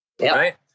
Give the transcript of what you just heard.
Right